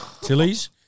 Tilly's